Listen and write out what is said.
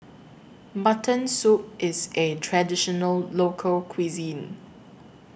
Mutton Soup IS A Traditional Local Cuisine